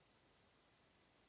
Hvala.